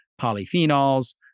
polyphenols